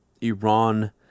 Iran